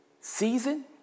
season